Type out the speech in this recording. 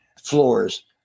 floors